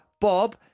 Bob